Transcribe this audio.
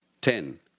Ten